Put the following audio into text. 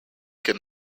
could